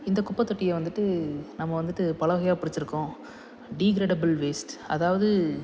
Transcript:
இந்த குப்பத்தொட்டியை வந்துட்டு நம்ம வந்துட்டு பல வகையான பிரிச்சிருக்கோம் டிக்ரேடபுள் வேஸ்ட் அதாவது